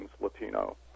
Latino